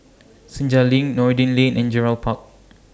Senja LINK Noordin Lane and Gerald Park